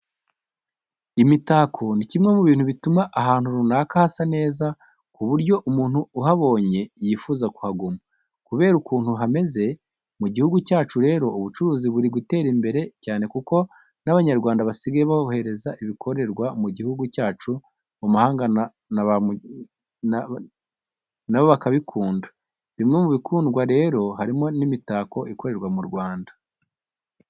Imitako ni kimwe mu bintu bituma ahantu runaka hasa neza ku buryo umuntu uhabonye yifuza kuhaguma kubera ukuntu hameze. Mu gihugu cyacu rero ubucuruzi buri gutera imbere cyane kuko n'Abanyarwanda basigaye bohereza ibikorerwa mu gihugu cyacu mu mahanga na bo bakabikunda. Bimwe mu bikundwa rero harimo n'imitako ikorerwa mu Rwanda.